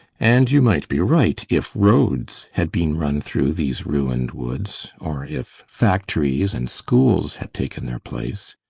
and you might be right if roads had been run through these ruined woods, or if factories and schools had taken their place.